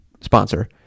sponsor